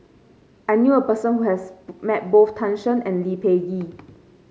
I knew a person who has met both Tan Shen and Lee Peh Gee